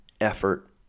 effort